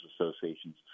associations